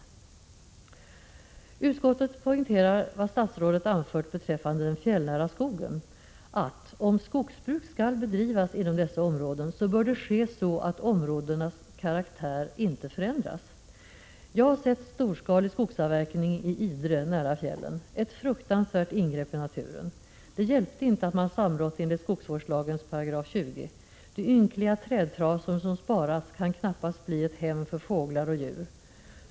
Utskottet poängterar vad statsrådet anfört beträffande den fjällnära skogen, nämligen att om skogsbruk skall bedrivas inom dessa områden, bör det ske så att områdenas karaktär inte förändras. Jag har sett storskalig skogsavverkning i Idre nära fjällen. Det är ett fruktansvärt ingrepp i naturen. Det hjälpte inte att man samrått enligt 20 § skogsvårdslagen. De ynkliga trädtrasor som sparats kan knappast bli ett hem för fåglar och djur.